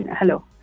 Hello